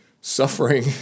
suffering